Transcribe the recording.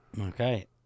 Okay